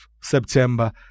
September